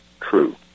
true